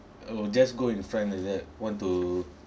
oh just go in front like that want to